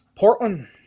portland